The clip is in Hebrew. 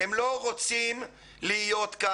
הם לא רוצים להיות כאן.